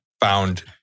found